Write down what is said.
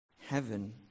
heaven